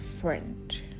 friend